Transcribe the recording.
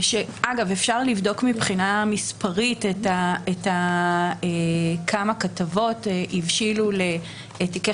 אפשר לבדוק מבחינה מספרית כמה כתבות הבשילו לתיקי